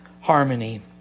harmony